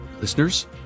listeners